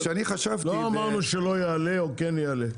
אני חשבתי --- לא אמרנו שלא יעלה או כן יעלה.